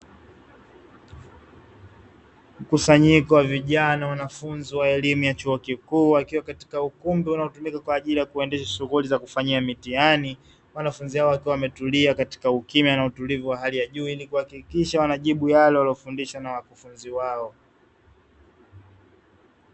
Mkusanyiko wa vijana wanafunzi wa elimu ya chuo kikuu wakiwa katika ukumbi unaotumika kwa ajili ya kuendesha shughuli za kufanyia mitihani. Wanafunzi hao wakiwa wametulia katika ukimya na utulivu wa hali ya juu, ili kuhakikisha wanajibu yale waliyofundishwa na wakufunzi wao.